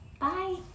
Bye